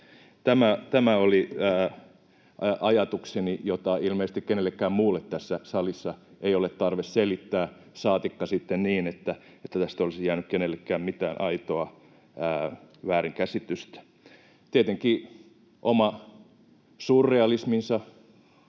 Tämä oli ajatukseni, jota ilmeisesti kenellekään muulle tässä salissa ei ole tarve selittää, saatikka sitten niin, että tästä olisi jäänyt kenellekään mitään aitoa väärinkäsitystä. Tietenkin oma surrealisminsa,